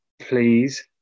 please